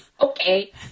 okay